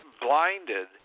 blinded